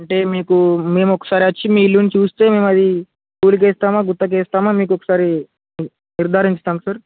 అంటే మీకు మేము ఒకసారి వచ్చి మీ ఇల్లుని చూస్తే మేము అది కులికిస్తామా గుత్తకిస్తామా మీకు ఒకసారి నిర్ధారించుతాం సార్